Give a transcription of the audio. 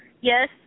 yes